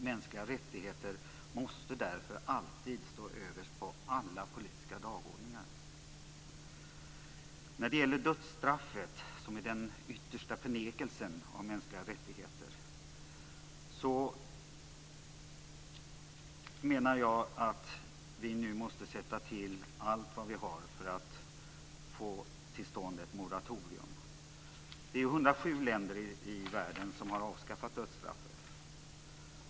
Mänskliga rättigheter måste därför alltid stå överst på alla politiska dagordningar. När det gäller dödsstraffet, som är den yttersta förnekelsen av mänskliga rättigheter, menar jag att vi nu måste sätta till allt vi har för att få till stånd ett moratorium. Det är 107 länder i världen som har avskaffat dödsstraffet.